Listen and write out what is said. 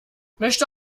möchte